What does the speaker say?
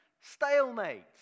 stalemate